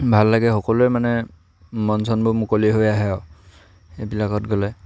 ভাল লাগে সকলোৱে মানে মন চনবোৰ মুকলি হৈ আহে আৰু সেইবিলাকত গ'লে